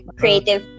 creative